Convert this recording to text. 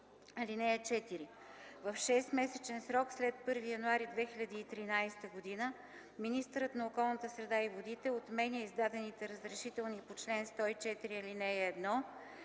(4) В шестмесечен срок след 1 януари 2013 г. министърът на околната среда и водите отменя издадените разрешителни по чл. 104, ал. 1